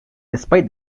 despite